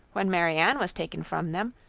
when marianne was taken from them,